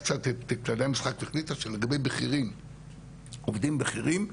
קצת את כללי המשחק החליטה שלגבי עובדים בכירים,